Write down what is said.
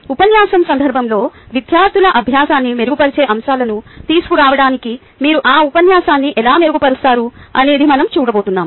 ఉపన్యాసం సందర్భంలో విద్యార్థుల అభ్యాసాన్ని మెరుగుపరిచే అంశాలను తీసుకురావడానికి మీరు ఆ ఉపన్యాసాన్ని ఎలా మెరుగుపరుస్తారు అనేది మనం చూడబోతున్నాం